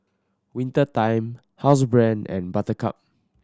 Winter Time Housebrand and Buttercup